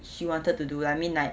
she wanted to do like I mean like